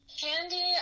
Candy